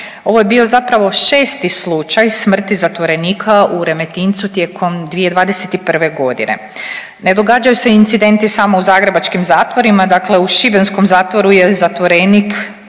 Ovo je bio zapravo 6. slučaj smrti zatvorenika u Remetincu tijekom 2021.g.. Ne događaju se incidenti samo u zagrebačkim zatvorima, dakle u šibenskom zatvoru je zatvorenik